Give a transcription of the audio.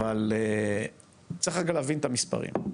אבל צריך רגע להבין את המספרים.